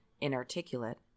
inarticulate